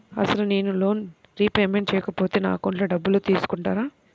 అసలు నేనూ loan repayment చేయకపోతే నా అకౌంట్లో డబ్బులు తీసుకుంటారా?